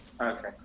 Okay